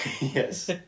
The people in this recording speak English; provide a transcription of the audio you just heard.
Yes